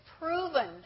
proven